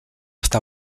està